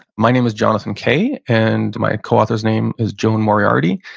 my name is jonathan kay, and my co-author's name is joan moriarity.